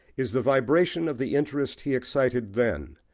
is the vibration of the interest he excited then,